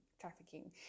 trafficking